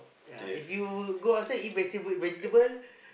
ya if you go outside eat vegetable vegetable